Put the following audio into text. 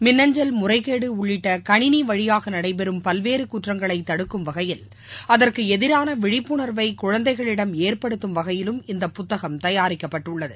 மின்னஞ்சல் முறைகேடு உள்ளிட்ட கணினி வழியாக நடைபெறும் பல்வேறு குற்றங்களை தடுக்கும் வகையில் அதற்கு எதிரான விழிப்புணர்வை குழந்தைகளிடம் ஏற்படுத்தும் வகையிலும் இந்த புத்தகம் தயாரிக்கப்பட்டுள்ளது